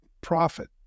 profit